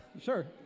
Sure